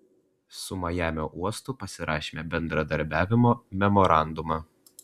su majamio uostu pasirašėme bendradarbiavimo memorandumą